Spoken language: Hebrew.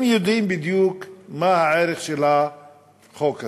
הם יודעים בדיוק מה הערך של החוק הזה,